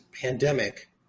pandemic